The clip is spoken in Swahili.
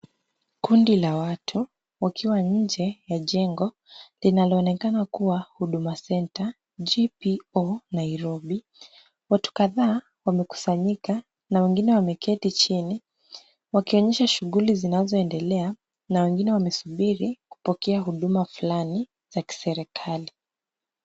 Kundi la watu wakiwa nje ya jengo, linaloonekana kuwa huduma center GPO Nairobi. Watu kadhaa wamekusanyika na wengine wameketi chini, wakionyesha shughuli zinazoendelea na wengine wamesubiri kupokea huduma fulani za kiserikali.